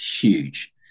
huge